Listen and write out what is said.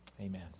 Amen